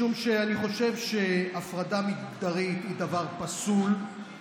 משום שאני חושב שהפרדה מגדרית היא דבר פסול,